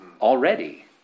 already